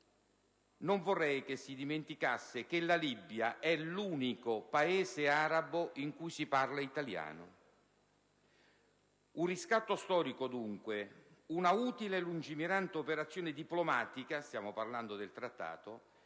Non vorrei che si dimenticasse che la Libia è l'unico Paese arabo in cui si parla italiano. Un riscatto storico, dunque, una utile e lungimirante operazione diplomatica» - stiamo parlando del Trattato